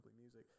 music